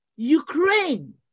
Ukraine